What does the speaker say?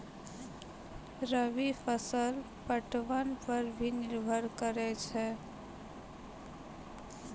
रवि फसल पटबन पर भी निर्भर रहै छै